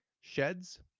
sheds